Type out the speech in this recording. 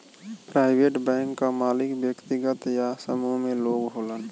private bank क मालिक व्यक्तिगत या समूह में लोग होलन